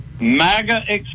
MAGA